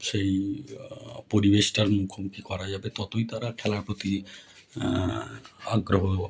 সেই পরিবেশটার মুখোমুখি করা যাবে ততই তারা খেলার প্রতি আগ্রহ